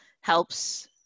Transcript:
helps